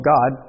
God